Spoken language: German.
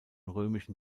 römischen